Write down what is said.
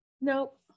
Nope